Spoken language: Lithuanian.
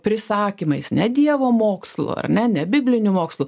prisakymais ne dievo mokslu ar ne nebibliniu mokslu